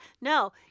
No